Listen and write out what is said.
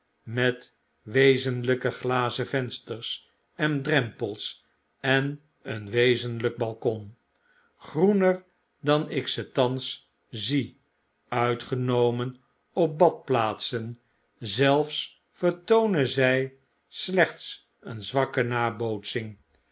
met wezenlpe glazen vensters en drempels en een wezenlp balkon groener dan ik ze thans zie uitgenomen op badplaatsen zelfs vertoonen zy slechts een zwakke nabootsing